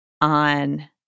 on